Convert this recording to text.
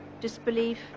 disbelief